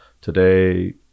Today